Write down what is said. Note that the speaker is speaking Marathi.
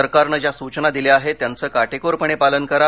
सरकारने ज्या सूचना दिल्या आहेत त्यांचे काटेकोरपणे पालन करा